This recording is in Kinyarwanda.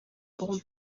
bon